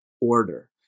order